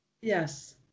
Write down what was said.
yes